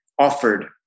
offered